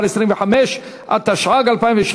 אם כן,